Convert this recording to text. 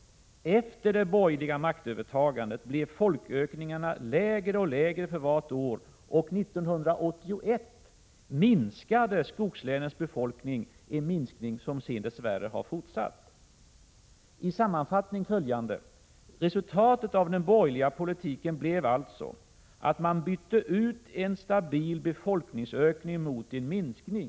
Efter det borgerliga maktövertagandet blev folkökningarna lägre och lägre för vart år, och 1981 minskade skogslänens befolkning, en minskning som sedan dess värre har fortsatt. Resultatet av den borgerliga politiken blev alltså i sammanfattning att man bytte ut en stabil befolkningsökning mot en minskning.